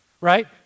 right